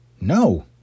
No